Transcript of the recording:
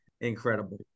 incredible